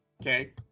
Okay